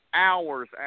Hours